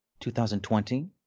2020